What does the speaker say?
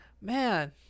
man